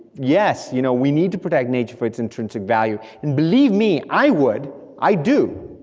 yes, you know we need to protect nature for its intrinsic value, and believe me, i would, i do.